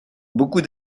beaucoup